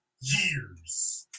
years